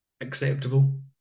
acceptable